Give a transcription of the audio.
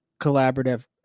collaborative